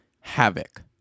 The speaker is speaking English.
havoc